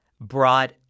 brought